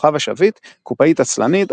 כוכבה שביט קופאית עצלנית,